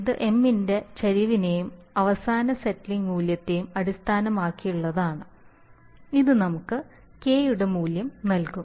ഇത് M ന്റെ ചരിവിനേയും അവസാന സെറ്റിലിംഗ് മൂല്യത്തേയും അടിസ്ഥാനമാക്കിയുള്ളതാണ് അത് നമുക്ക് കെ യുടെ മൂല്യം നൽകും